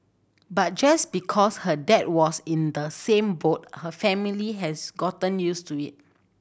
but just because her dad was in the same boat her family has gotten used to it